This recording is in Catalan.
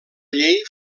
llei